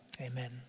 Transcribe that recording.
Amen